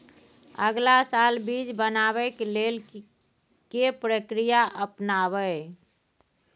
अगला साल बीज बनाबै के लेल के प्रक्रिया अपनाबय?